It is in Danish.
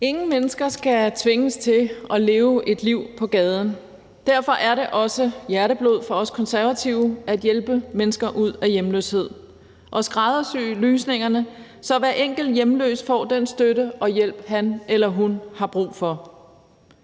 Ingen mennesker skal tvinges til at leve et liv på gaden. Derfor er det også hjerteblod for os konservative at hjælpe mennesker ud af hjemløshed og skræddersy løsningerne, så hver enkelt hjemløs får den støtte og hjælp, han eller hun har brug for.